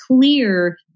clear